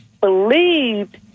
believed